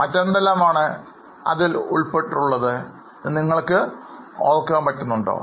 മറ്റെന്തെല്ലാം ആണ് അതിൽ ഉൾപ്പെട്ടിട്ടുള്ളത് എന്ന് നിങ്ങൾ ഓർക്കുന്നുണ്ടോ